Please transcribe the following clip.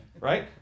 right